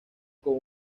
con